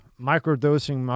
microdosing